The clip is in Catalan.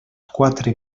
quatre